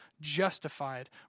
justified